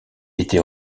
était